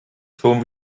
schon